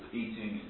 eating